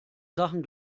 sachen